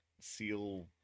seal